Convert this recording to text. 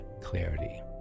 clarity